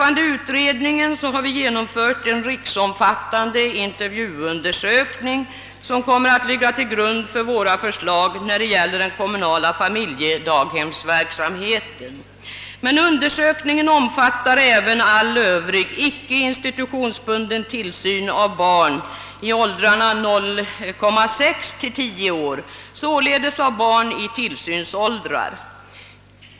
Vad utredningen angår har vi gjort en riksomfattande intervjuundersökning, som kommer att ligga till grund för våra förslag rörande den kommunala familjedaghemsverksamheten. Undersökningen omfattar även all övrig icke institutionsbunden tillsyn av barn i åldrarna 0,6—10 år, alltså av barn i tillsynsåldrarna.